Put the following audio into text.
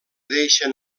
deixen